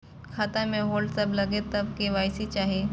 खाता में होल्ड सब लगे तब के.वाई.सी चाहि?